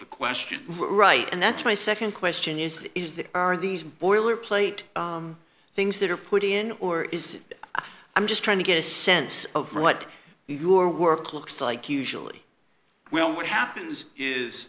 the question right and that's my nd question is is that are these boilerplate things that are put in or is it i'm just trying to get a sense of what your work looks like usually well what happens is